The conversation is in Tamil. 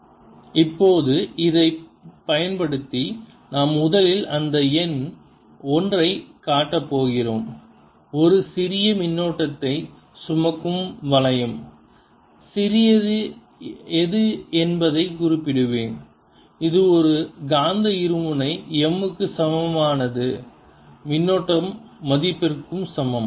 rr mr3 ∴Ar04πmrr3 இப்போது இதைப் பயன்படுத்தி நாம் முதலில் அந்த எண் 1 ஐக் காட்டப் போகிறோம் ஒரு சிறிய மின்னோட்டத்தைச் சுமக்கும் வளையம் சிறியது எது என்பதைக் குறிப்பிடுவேன் இது ஒரு காந்த இருமுனை m க்கு சமமானது மின்னோட்டம் மதிப்பிற்கும் சமம்